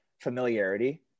Familiarity